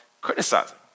criticizing